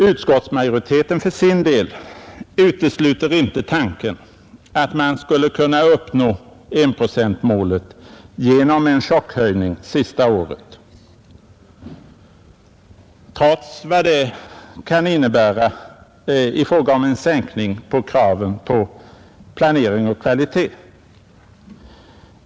Utskottsmajoriteten för sin del utesluter inte tanken att enprocentsmålet skulle kunna uppnås genom en chockhöjning sista året, trots vad det kan innebära i fråga om en sänkning av kraven på planering och kvalitet.